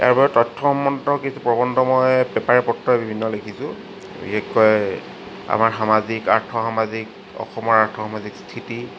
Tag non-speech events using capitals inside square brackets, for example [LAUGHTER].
তাৰপিছত তথ্য [UNINTELLIGIBLE] কিছুমান প্ৰবন্ধ মই পেপাৰে পত্ৰই বিভিন্ন লিখিছোঁ বিশেষকৈ আমাৰ সামাজিক আৰ্থসামাজিক অসমৰ আৰ্থসামাজিক স্থিতি